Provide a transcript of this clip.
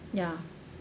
ya